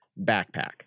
backpack